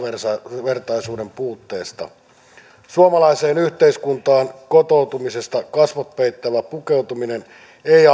tasavertaisuuden puutteesta suomalaiseen yhteiskuntaan kotoutumisessa kasvot peittävä pukeutuminen ei